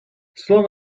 slow